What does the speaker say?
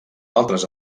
altres